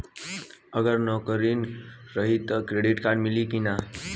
अगर नौकरीन रही त क्रेडिट कार्ड मिली कि ना?